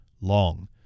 long